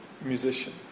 musician